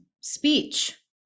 speech